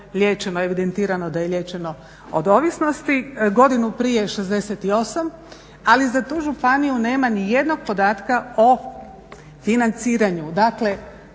evidentirano da je liječeno od ovisnosti, godinu prije 68. Ali za tu županiju nema nijednog podatka o financiranju.